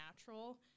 natural